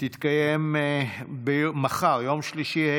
תתקיים מחר, יום שלישי,